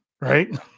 Right